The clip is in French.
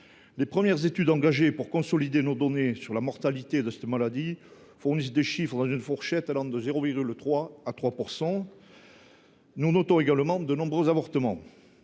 Les premières études engagées pour consolider nos données sur la mortalité de cette maladie fournissent des chiffres dans une fourchette allant de 0,3 % à 3 %. Nous notons également de nombreux avortements.